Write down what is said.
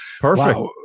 perfect